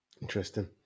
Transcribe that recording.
Interesting